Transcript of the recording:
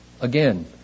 Again